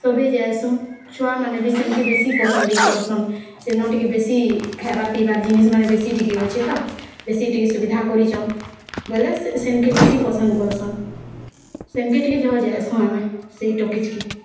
ସଭିଏଁ ଯାଏସୁଁ ଛୁଆମାନେ ବି ସେନକେ ବେଶୀ ପସନ୍ଦ୍ ଟକେ କରସନ୍ ସେନ ଟିକେ ବେଶୀ ଖାଏବାର୍ ପିଇବାର୍ ଜିନିଷ୍ମାନେ ବେଶୀ ଟିକେ ଅଛି ତ ବେଶୀ ଟିକେ ସୁବିଧା କରିଛନ୍ ବୋଲେ ସେନକେ ବେଶୀ ପସନ୍ଦ୍ କରୁସନ୍ ସେନକେ ଟିକେ ଜହ ଯାଇସୁଁ ଆମେ ସେ ଟକିଜ୍ କେ